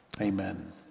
Amen